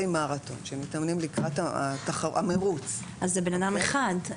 מרתון שמתאמנים לקראת המרוץ -- אז זה אדם אחד.